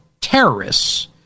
terrorists